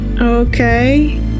Okay